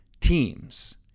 teams